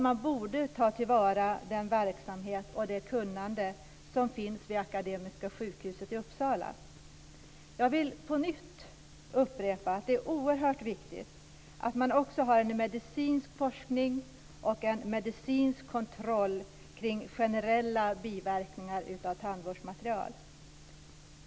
Man borde ta till vara den verksamhet och det kunnande som finns vid Akademiska sjukhuset i Jag vill på nytt upprepa att det är oerhört viktigt att man också har en medicinsk forskning och en medicinsk kontroll kring generella biverkningar av tandvårdsmaterial.